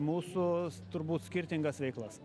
mūsų turbūt skirtingas veiklas